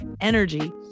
energy